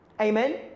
amen